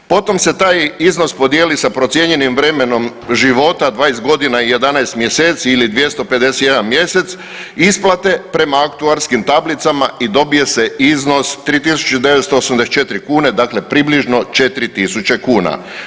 Potom se taj iznos podijeli sa procijenjenim vremenom života, 20 godina i 11 mjeseci ili 251 mjesec isplate prema aktuarskim tablicama i dobije se iznos 3.984 kune, dakle približno 4.000 kuna.